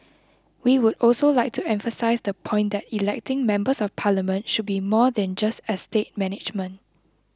we would also like to emphasise the point that electing Members of Parliament should be more than just estate management